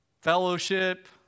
fellowship